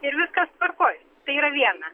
ir viskas tvarkoj tai yra viena